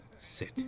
sit